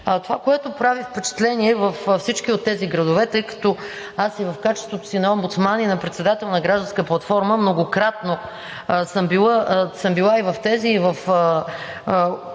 Това, което прави впечатление във всички тези градове, тъй като аз – в качеството си и на омбудсман, и на председател на гражданска платформа, многократно съм била в тези и в